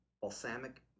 balsamic